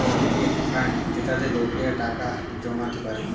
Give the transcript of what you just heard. provident fund যেটাতে লোকেরা টাকা জমাতে পারে